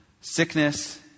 sickness